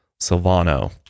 Silvano